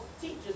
teachers